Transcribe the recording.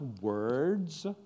words